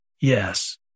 Yes